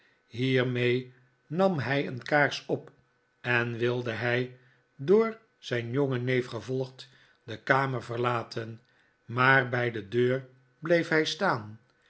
hiermee nam hij een kaars op en wilde hij door zijn jongen neef gevolgd de kamer verlaten maar bij de deur bleef hij staan